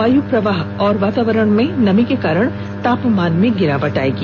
वायु प्रवाह और वातावरण में नमी के कारण तापमान में गिरावट आएगी